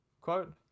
quote